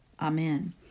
Amen